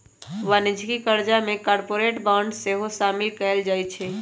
वाणिज्यिक करजा में कॉरपोरेट बॉन्ड सेहो सामिल कएल जाइ छइ